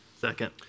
Second